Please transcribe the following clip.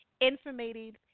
informative